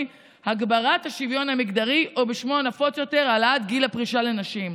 'הגברת השוויון המגדרי' או בשמו הנפוץ יותר העלאת גיל הפרישה לנשים.